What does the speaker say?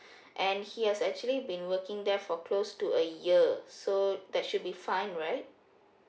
and he has actually been working there for close to a year so that should be fine right